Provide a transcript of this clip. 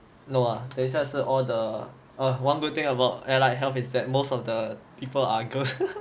no ah 等一下是 all the uh one good thing about allied health is that most of the people are girls